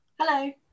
Hello